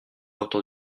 autour